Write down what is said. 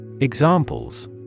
Examples